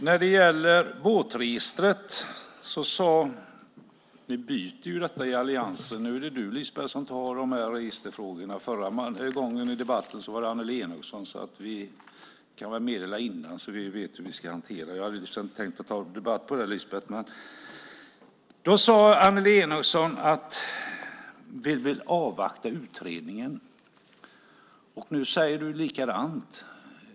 Fru talman! Ni byter ju plats i alliansen! Nu är det du, Lisbeth, som tar registerfrågor. Förra gången vi hade debatt var det Annelie Enochson. Ni kan väl meddela sådant i förväg, så vi vet hur vi ska hantera det. När det gäller båtregistret sade Annelie Enochson att man vill avvakta utredningen. Nu säger du likadant.